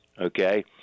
okay